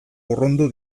urrundu